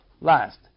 Last